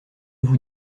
vous